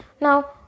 Now